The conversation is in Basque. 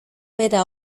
bera